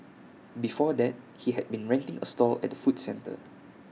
before that he had been renting A stall at the food centre